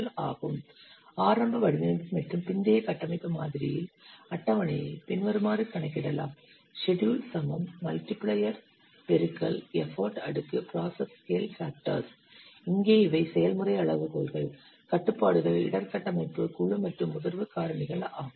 The schedule can be calculated in early design and post architecture model as follows ஆரம்ப வடிவமைப்பு மற்றும் பிந்தைய கட்டமைப்பு மாதிரியில் அட்டவணையை பின்வருமாறு கணக்கிடலாம் இங்கே இவை செயல்முறை அளவுகோல்கள் கட்டுப்பாடுகள் இடர் கட்டமைப்பு குழு மற்றும் முதிர்வு காரணிகள் ஆகும்